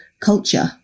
culture